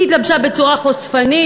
היא התלבשה בצורה חושפנית,